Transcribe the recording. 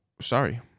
sorry